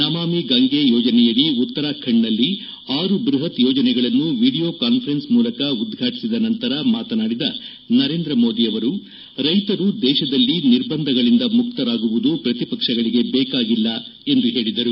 ನಮಾಮಿ ಗಂಗೆ ಯೋಜನೆಯಡಿ ಉತ್ತರಾಖಂಡದಲ್ಲಿ ಆರು ಬ್ಬಪತ್ ಯೋಜನೆಗಳನ್ನು ವಿಡಿಯೋ ಕಾನ್ನರೆನ್ಸ್ ಮೂಲಕ ಉದ್ವಾಟಿಸಿದ ನಂತರ ಮಾತನಾಡಿದ ನರೇಂದ್ರ ಮೋದಿ ರೈತರು ದೇಶದಲ್ಲಿ ನಿರ್ಬಂಧಗಳಿಂದ ಮುಕ್ತರಾಗುವುದು ಪ್ರತಿಪಕ್ಷಗಳಿಗೆ ಬೇಕಾಗಿಲ್ಲ ಎಂದು ಹೇಳಿದರು